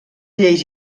lleis